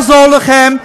לא יעזור לכם.